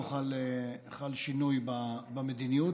לא חל שינוי במדיניות,